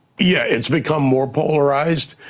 yeah, it's become more polarized,